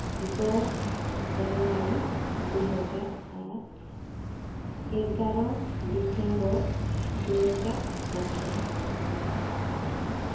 ଦଶ ଜାନୁୟାରୀ ଦୁଇ ହଜାର ଆଠ ଏଗାର ଡିସେମ୍ବର ଦୁଇ ହଜାର ଅଠର